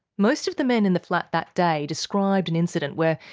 most of the men in the flat that day described an incident where,